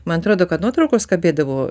man atrodo kad nuotraukos kabėdavo